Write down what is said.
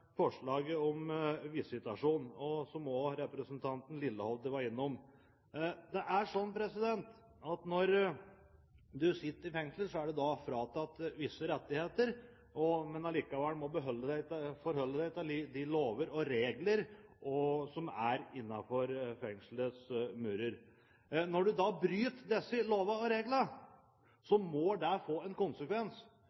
forslaget om visitasjon, som også representanten Lillehovde var innom. Det er sånn at når du sitter i fengsel, er du fratatt visse rettigheter, men må likevel forholde deg til de lover og regler som er innenfor fengslets murer. Når du da bryter disse lovene og